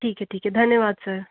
ठीक है ठीक है धन्यवाद सर